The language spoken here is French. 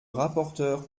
rapporteur